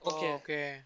Okay